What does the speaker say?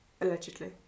allegedly